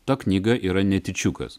ta knyga yra netyčiukas